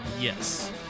Yes